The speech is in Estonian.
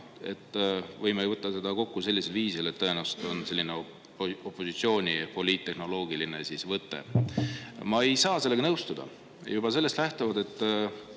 võime võtta seda kokku sellisel viisil, et tõenäoliselt on selline opositsiooni poliittehnoloogiline võte. Ma ei saa sellega nõustuda juba sellest lähtuvalt, et